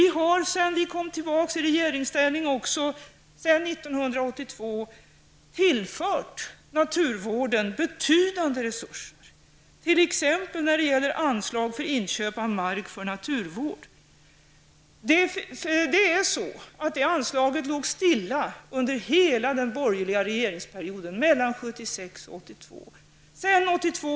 Vi har sedan vi kom tillbaka i regeringsställning 1982 också tillfört naturvården betydande resurser, t.ex. vad gäller anslag för inköp av mark för naturvård. Det anslaget låg stilla under hela den borgerliga regeringsperioden, mellan 1976 och 1982.